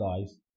guys